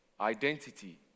identity